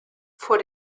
vor